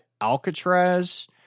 alcatraz